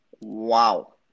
Wow